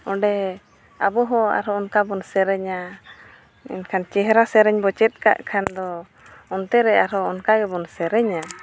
ᱚᱸᱰᱮ ᱟᱵᱚ ᱦᱚᱸ ᱟᱨᱦᱚᱸ ᱚᱱᱠᱟ ᱵᱚᱱ ᱥᱮᱨᱮᱧᱟ ᱮᱱᱠᱷᱟᱱ ᱪᱮᱦᱨᱟ ᱥᱮᱨᱮᱧ ᱵᱚᱱ ᱪᱮᱫ ᱠᱟᱜ ᱠᱷᱟᱱ ᱫᱚ ᱚᱱᱛᱮ ᱨᱮ ᱟᱨᱦᱚᱸ ᱚᱱᱠᱟ ᱜᱮᱵᱚᱱ ᱥᱮᱨᱮᱧᱟ